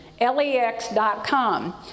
lex.com